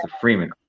Freeman